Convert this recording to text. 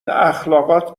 اخالقات